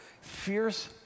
fierce